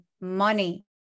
money